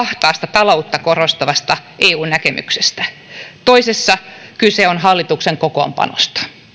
taloutta korostavasta eu näkemyksestä toisessa kyse on hallituksen kokoonpanosta